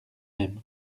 même